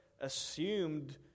assumed